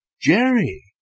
Jerry